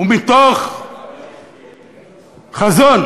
ומתוך חזון